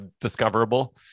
discoverable